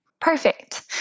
Perfect